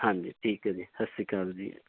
ਹਾਂਜੀ ਠੀਕ ਹੈ ਜੀ ਸਤਿ ਸ਼੍ਰੀ ਅਕਾਲ ਜੀ